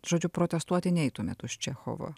žodžiu protestuoti neitumėt už čechovą